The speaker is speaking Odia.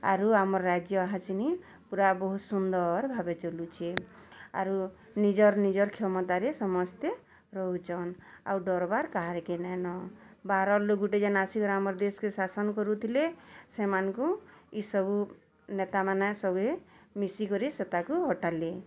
ଆରୁ ଆମର୍ ରାଜ୍ୟ ଏହାସୀନି ପୁରା ବହୁତ୍ ସୁନ୍ଦର୍ ଭାବେ ଚାଲୁଛି ଆରୁ ନିଜର୍ ନିଜର୍ କ୍ଷମତାରେ ସମସ୍ତେ ରହୁଚନ୍ ଆଉ ଡ଼ର୍ବାର୍ କାହାରି କେ ନେଇଁ ନ ବାହାରୁ ଗୋଟେ ଜନ୍ ଆସିକିରି ଆମର୍ ଦେଶ୍ କେ ଶାସନ୍ କରୁଥିଲେ ସେମାନଙ୍କୁ ଏସବୁ ନେତାମାନେ ସଭିଏଁ ମିଶିକରି ସେଟାକୁ ହଟାଲେ